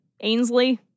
Ainsley